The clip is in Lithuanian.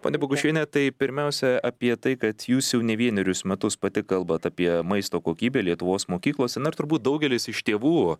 ponia bogušiene tai pirmiausia apie tai kad jūs jau ne vienerius metus pati kalbat apie maisto kokybę lietuvos mokyklose na ir turbūt daugelis iš tėvų